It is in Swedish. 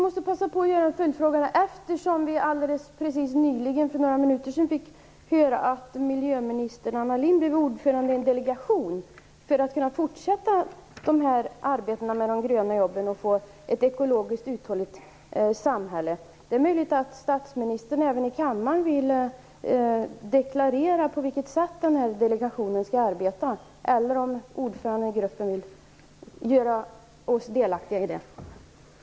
Fru talman! Jag vill passa på att ställa en följdfråga. För några minuter sedan fick vi höra att miljöminister Anna Lindh har blivit utnämnd som ordförande i en delegation för att hon skall kunna fortsätta arbetet med de gröna jobben och med att skapa ett ekologiskt uthålligt samhälle. Det är möjligt att statsministern eller delegationens ordförande här i kammaren vill deklarera på vilket sätt delegationen skall arbeta.